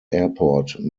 airport